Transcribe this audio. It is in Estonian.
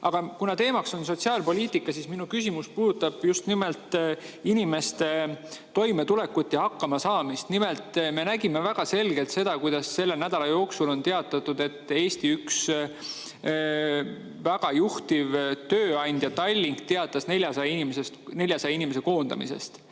Aga kuna teemaks on sotsiaalpoliitika, siis minu küsimus puudutab just nimelt inimeste toimetulekut ja hakkamasaamist. Nimelt, me nägime väga selgelt, kuidas selle nädala jooksul üks Eesti juhtivaid tööandjaid Tallink teatas 400 inimese koondamisest.